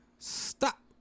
stop